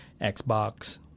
xbox